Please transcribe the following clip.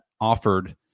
offered